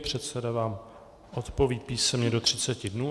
Předseda vám odpoví písemně do třiceti dnů.